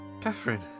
Catherine